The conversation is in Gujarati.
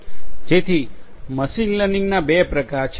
જેથી મશીન લર્નિંગના બે પ્રકાર છે